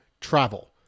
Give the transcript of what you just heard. travel